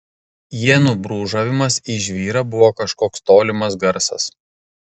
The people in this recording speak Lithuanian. ienų brūžavimas į žvyrą buvo kažkoks tolimas garsas